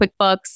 QuickBooks